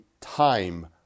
time